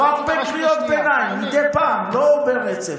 לא הרבה קריאות ביניים, מדי פעם, לא ברצף.